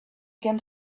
again